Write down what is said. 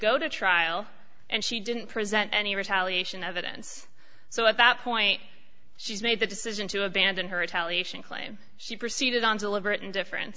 go to trial and she didn't present any retaliation evidence so at that point she's made the decision to abandon her tally and claim she proceeded on deliberate indifferen